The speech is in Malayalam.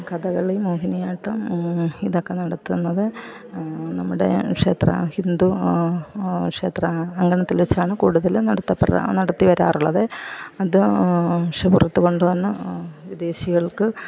കഥകളി മോഹിനിയാട്ടം ഇതൊക്കെ നടത്തുന്നത് നമ്മുടെ ക്ഷേത്ര ഹിന്ദു ക്ഷേത്ര അങ്കണത്തിൽ വെച്ചാണ് കൂടുതലും നടത്ത നടത്തി വരാറുള്ളത് അത് പുറത്ത് കൊണ്ടുവന്ന് വിദേശികൾക്ക്